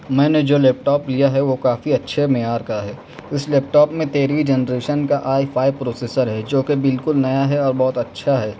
میں نے جو لیپ ٹاپ لیا ہے وہ کافی اچھے معیار کا ہے اس لیپ ٹاپ میں تیرھویں جنریشن کا آئی فائیو پروسیسر ہے جو کہ بالکل نیا ہے اور بہت اچھا ہے